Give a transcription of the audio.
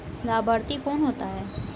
लाभार्थी कौन होता है?